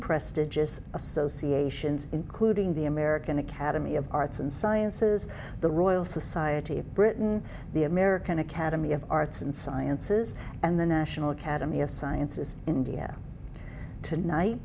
prestigious associations including the american academy of arts and sciences the royal society of britain the american academy of arts and sciences and the national academy of sciences india tonight